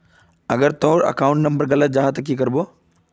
अगर तोर account number गलत जाहा ते की करबो?